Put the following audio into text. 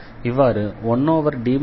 இவ்வாறு 1D aXy மதிப்பை அடைகிறோம்